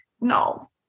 no